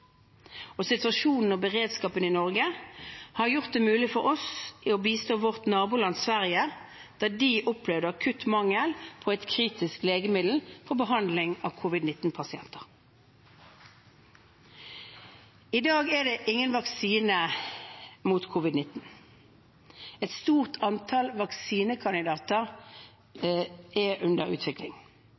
Situasjonen og beredskapen i Norge har gjort det mulig for oss å bistå vårt naboland Sverige da de opplevde akutt mangel på et kritisk legemiddel for behandling av covid-19-pasienter. I dag er det ingen vaksine mot covid-19. Et stort antall vaksinekandidater er under utvikling.